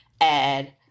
add